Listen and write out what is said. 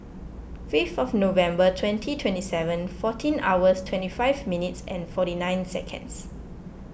fifth November twenty twenty seven fourteen hours twenty five minutes forty nine seconds